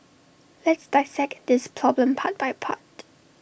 let's dissect this problem part by part